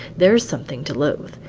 there's something to loathe.